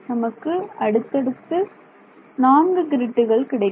நமக்கு அடுத்தடுத்த நான்கு க்ரிட்டுகள் கிடைக்கும்